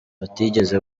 batigeze